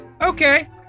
Okay